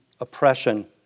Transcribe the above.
Oppression